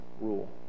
rule